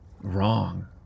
wrong